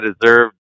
deserved